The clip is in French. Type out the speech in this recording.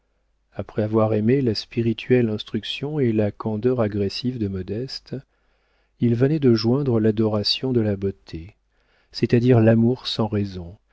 après avoir aimé la spirituelle instruction et la candeur agressive de modeste il venait de joindre l'adoration de la beauté c'est-à-dire l'amour sans raison